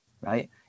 right